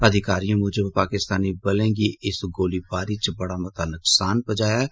अधिकारी मूजब पाकिस्तानी बलें गी इस गोलीबारी इच बड़ा मता नुक्सान पुज्जाया ऐ